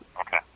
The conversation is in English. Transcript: Okay